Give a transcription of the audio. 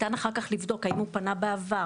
ניתן אחר כך לבדוק האם הוא פנה בעבר,